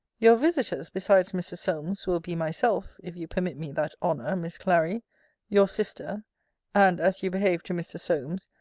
your visiters, besides mr. solmes, will be myself, if you permit me that honour, miss clary your sister and, as you behave to mr. solmes,